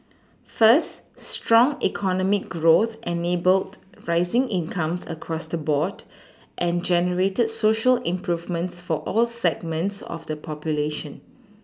first strong economic growth enabled rising incomes across the board and generated Social improvements for all segments of the population